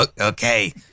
Okay